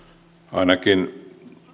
ainakin